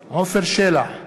שלח,